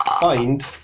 find